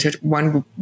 one